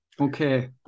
Okay